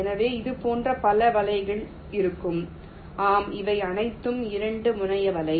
எனவே இதுபோன்ற பல வலைகள் இருக்கும் ஆம் இவை அனைத்தும் 2 முனைய வலை